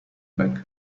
back